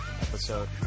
episode